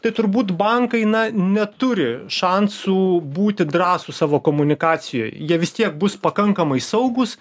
tai turbūt bankai na neturi šansų būti drąsūs savo komunikacijoj jie vis tiek bus pakankamai saugūs